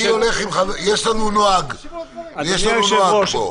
אדוני היושב-ראש,